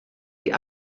die